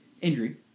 Injury